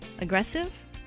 aggressive